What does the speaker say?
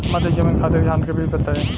मध्य जमीन खातिर धान के बीज बताई?